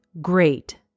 great